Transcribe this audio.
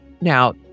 now